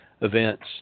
events